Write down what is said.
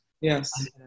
Yes